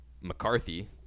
McCarthy